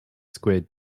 squid